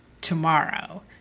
tomorrow